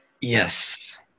yes